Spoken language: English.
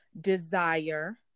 desire